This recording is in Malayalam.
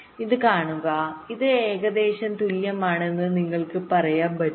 ഇത് കാണുക ഇത് ഏകദേശം തുല്യമാണെന്ന് നിങ്ങൾക്ക് പറയാൻ കഴിയും